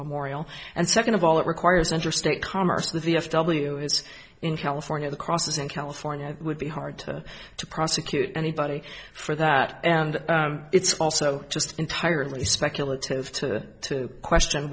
memorial and second of all it requires interstate commerce the v f w is in california the process in california it would be hard to to prosecute anybody for that and it's also just entirely speculative to question